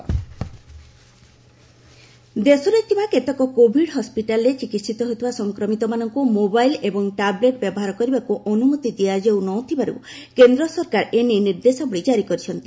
corona mobile ଦେଶରେ ଥିବା କେତେକ କୋଭିଡ୍ ହସ୍କିଟାଲ୍ରେ ଚିକିିିତ ହେଉଥିବା ସଂକ୍ରମିତମାନଙ୍କୁ ମୋବାଇଲ୍ ଏବଂ ଟାବ୍ଲେଟ୍ ବ୍ୟବହାର କରିବାକୁ ଅନୁମତି ଦିଆଯାଉ ନ ଥିବାରୁ କେନ୍ଦ୍ର ସରକାର ଏନେଇ ନିର୍ଦ୍ଦେଶାବଳୀ କାରି କରିଛନ୍ତି